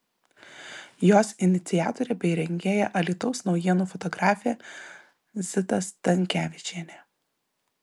jos iniciatorė bei rengėja alytaus naujienų fotografė zita stankevičienė